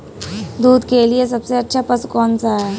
दूध के लिए सबसे अच्छा पशु कौनसा है?